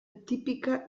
típica